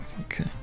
okay